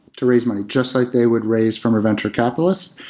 to raise money, just like they would raise from a venture capitalist.